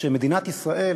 שמדינת ישראל